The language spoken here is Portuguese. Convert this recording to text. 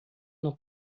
não